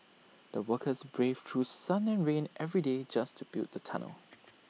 the workers braved through sun and rain every day just to build the tunnel